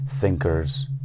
thinkers